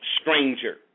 stranger